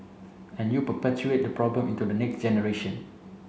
and you perpetuate the problem into the next generation